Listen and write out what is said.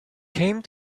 came